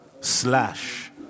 Slash